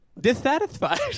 dissatisfied